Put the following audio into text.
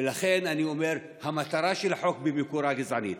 ולכן אני אומר שהמטרה של החוק במקורה גזענית.